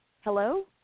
Hello